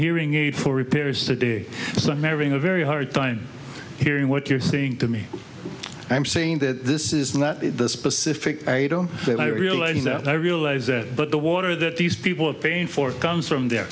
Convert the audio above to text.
hearing aid for repairs today marrying a very hard time hearing what you're saying to me i'm saying that this is not specific but i realize that i realize that but the water that these people are paying for comes from there